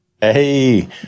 Hey